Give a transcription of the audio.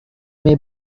may